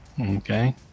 Okay